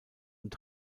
und